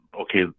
okay